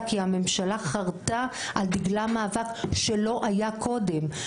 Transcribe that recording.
כי הממשלה חרתה על דגלה מאבק שלא היה קודם,